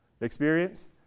experience